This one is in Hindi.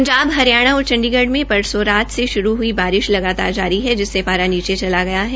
पंजाब हरियाणा और चंडीगढ़ में परसों रात से श्रू हई बारिश लगातार जारी है जिससे पारा नीचे चला गया है